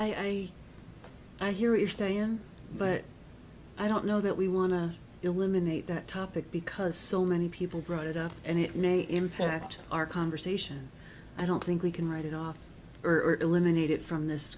i i hear you saying but i don't know that we want to eliminate that topic because so many people brought it up and it may impact our conversation i don't think we can write it off or eliminate it from this